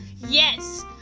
Yes